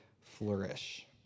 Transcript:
flourish